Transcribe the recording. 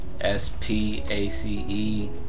S-P-A-C-E